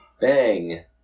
bang